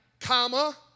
Comma